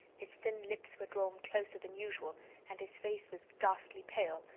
his thin lips were drawn closer than usual and his face was ghastly pale,